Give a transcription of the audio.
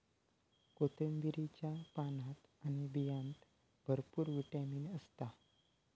कोथिंबीरीच्या पानात आणि बियांत भरपूर विटामीन असता